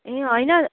ए होइन